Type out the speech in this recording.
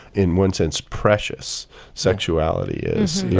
in one sense, precious sexuality is.